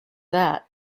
that